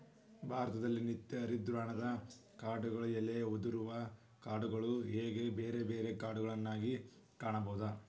ಭಾರತದಲ್ಲಿ ನಿತ್ಯ ಹರಿದ್ವರ್ಣದ ಕಾಡುಗಳು ಎಲೆ ಉದುರುವ ಕಾಡುಗಳು ಹೇಗೆ ಬೇರೆ ಬೇರೆ ಕಾಡುಗಳನ್ನಾ ಕಾಣಬಹುದು